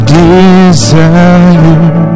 desire